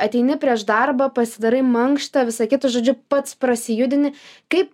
ateini prieš darbą pasidarai mankštą visa kita žodžiu pats prasijudini kaip